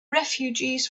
refugees